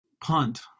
punt